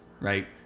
right